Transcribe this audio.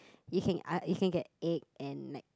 you can ei~ you can get egg and like